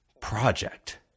project